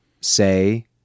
say